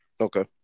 Okay